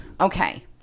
Okay